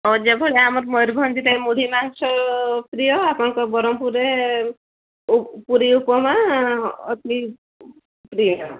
ହଁ ଯେଭଳିଆ ଆମର ମୟୂରଭଞ୍ଜରେ ମୁଢ଼ି ମାଂସ ପ୍ରିୟ ଆପଣଙ୍କର ବରହମପୁରରେ ଉ ପୁରୀ ଉପମା ଅତି ପ୍ରିୟ